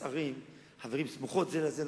יש ערים סמוכות זו לזו,